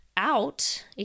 out